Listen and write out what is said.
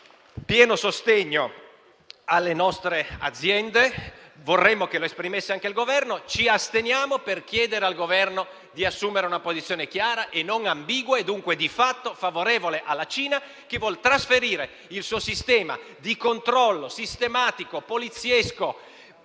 pieno sostegno alle nostre aziende e vorremmo che lo esprimesse anche il Governo. Ci asteniamo per chiedere al Governo di assumere una posizione chiara e non ambigua e dunque, di fatto, favorevole alla Cina, che vuole trasferire il suo sistema di controllo sistematico, poliziesco,